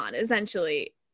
essentially